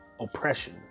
Oppression